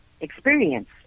experience